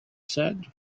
said